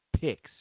picks